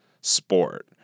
sport